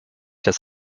das